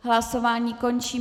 Hlasování končím.